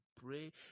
pray